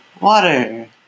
water